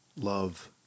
love